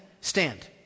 stand